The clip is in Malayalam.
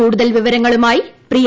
കൂടുതൽ വിവരങ്ങളുമായി പ്രിയ